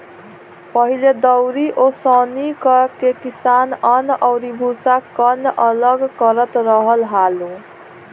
पहिले दउरी ओसौनि करके किसान अन्न अउरी भूसा, कन्न अलग करत रहल हालो